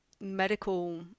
medical